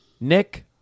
Nick